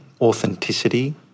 authenticity